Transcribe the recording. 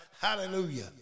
hallelujah